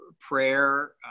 prayer